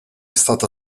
stata